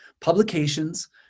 publications